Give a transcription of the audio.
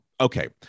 Okay